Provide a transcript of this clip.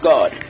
God